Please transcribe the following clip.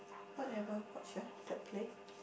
what have I watch ah the play